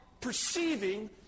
perceiving